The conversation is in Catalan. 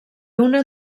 una